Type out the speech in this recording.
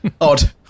Odd